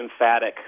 emphatic